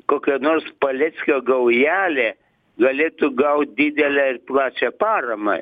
kokia nors paleckio gaujelė galėtų gaut didelę ir plačią paramą